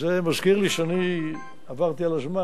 זה מזכיר לי שאני עברתי את הזמן.